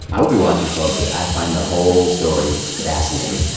i will be watching closely. i find the whole story fascinating.